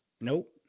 Nope